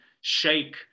shake